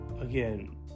again